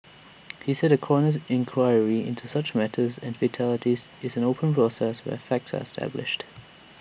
he said A coroner's inquiry into such matters and fatalities this is an open process where facts are established